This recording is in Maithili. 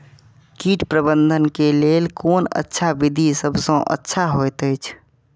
कीट प्रबंधन के लेल कोन अच्छा विधि सबसँ अच्छा होयत अछि?